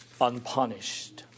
unpunished